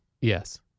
Yes